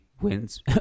wins